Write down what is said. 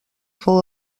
fou